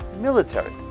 military